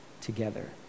together